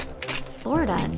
Florida